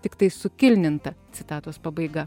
tiktai sukilninta citatos pabaiga